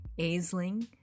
Aisling